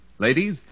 Ladies